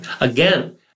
again